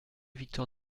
victor